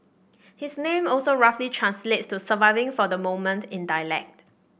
his name also roughly translates to surviving for the moment in dialect